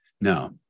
Now